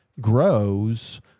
grows